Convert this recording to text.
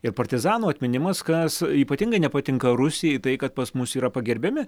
ir partizanų atminimas kas ypatingai nepatinka rusijai tai kad pas mus yra pagerbiami